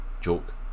joke